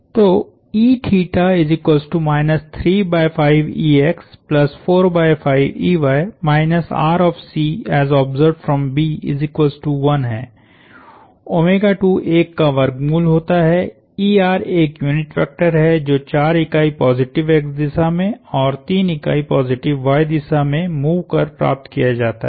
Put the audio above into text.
तो e 35ex45ey rCB1 है1 का वर्गमूल होता है एक यूनिट वेक्टर है जो 4 इकाइ पॉजिटिव X दिशा में और 3 इकाइ पॉजिटिव Y दिशा मूव कर प्राप्त किया जाता है